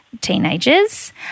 teenagers